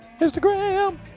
Instagram